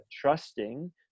trusting